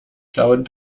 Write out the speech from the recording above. klauen